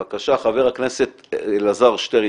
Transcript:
בבקשה, חבר הכנסת אלעזר שטרן.